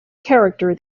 character